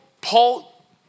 Paul